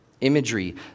Imagery